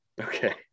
okay